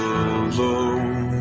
alone